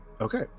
Okay